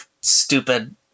stupid